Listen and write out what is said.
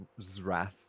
zrath